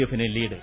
എഫിന് ലീഡ്